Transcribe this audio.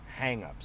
hangups